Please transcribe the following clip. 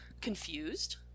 confused